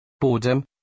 Boredom